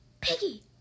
Piggy